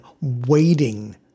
waiting